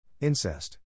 Incest